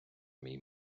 мій